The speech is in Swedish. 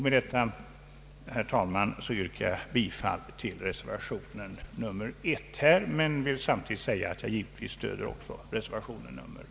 Med detta, herr talman, yrkar jag bifall till reservation 1 men vill samtidigt säga att jag givetvis stöder också reservation 2.